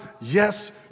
yes